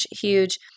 huge